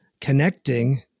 connecting